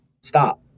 stop